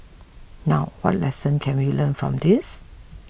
now what lessons can we learn from this